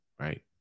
right